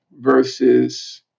versus